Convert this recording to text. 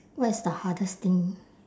what is the hardest thing